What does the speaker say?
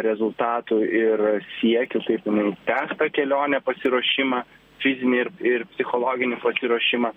rezultatų ir siekių kaip jinai tęs kelionę pasiruošimą fizinį ir ir psichologinį pasiruošimą